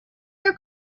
your